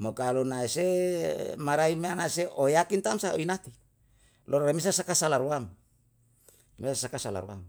Mo kalu nai se marai me ana se oyakin tamsa inaku, loro emisa saka sala ruam, leo saka sal ruam.